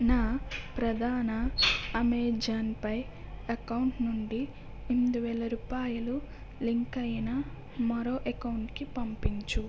నా ప్రధాన Amazon Pay account నుండి ఎనిమిది వేల రూపాయలు లింకు అయిన మరో అకౌంటుకి పంపించుము